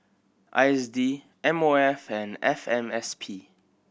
I S D M O F and F M S P